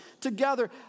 together